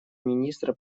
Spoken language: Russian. министра